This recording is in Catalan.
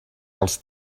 als